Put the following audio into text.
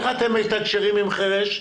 איך אתם מתקשרים עם חירש?